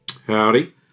Howdy